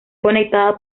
conectada